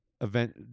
event